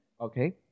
Okay